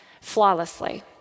flawlessly